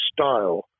style